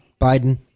Biden